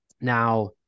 Now